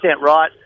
right